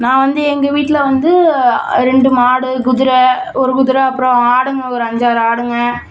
நான் வந்து எங்கள் வீட்டில் வந்து ரெண்டு மாடு குதிரை ஒரு குதிரை அப்றம் ஆடுங்க ஒரு அஞ்சாறு ஆடுங்க